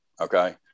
Okay